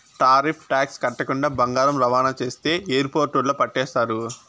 tariff tax కట్టకుండా బంగారం రవాణా చేస్తే ఎయిర్పోర్టుల్ల పట్టేస్తారు